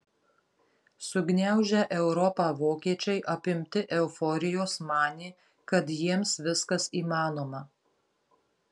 sugniaužę europą vokiečiai apimti euforijos manė kad jiems viskas įmanoma